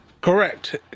Correct